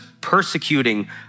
persecuting